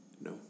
No